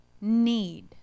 need